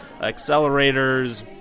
accelerators